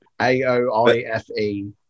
a-o-i-f-e